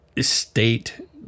State